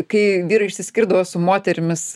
kai vyrai išsiskirdavo su moterimis